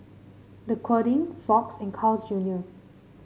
Dequadin Fox and Carl's Junior